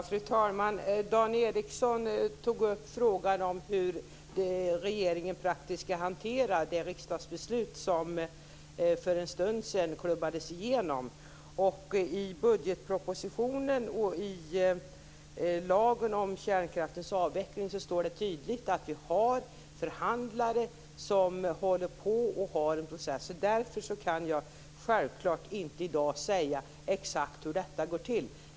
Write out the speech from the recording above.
Fru talman! Dan Ericsson tog upp frågan om hur regeringen praktiskt skall hantera det riksdagsbeslut som för en stund sedan klubbades igenom. I budgetpropositionen och i lagen om kärnkraftens avveckling står det tydligt att vi har förhandlare som driver en process. Därför kan jag självklart inte i dag säga exakt hur detta går till.